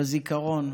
בזיכרון,